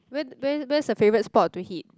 where where where's the favorite spot to hit